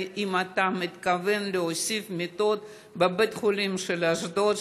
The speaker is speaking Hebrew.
האם אתה מתכוון להוסיף מיטות בבית החולים שנפתח באשדוד?